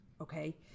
okay